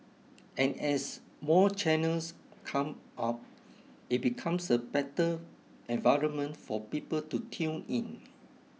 and as more channels come up it becomes a better environment for people to tune in